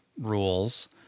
rules